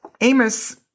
Amos